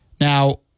Now